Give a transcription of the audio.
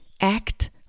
act